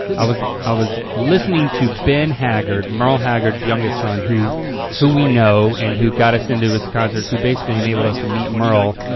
i was i was listening to ben haggard, merle haggard's youngest son who who we know and who got us into his concerts who basically enabled us to meet merle